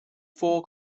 four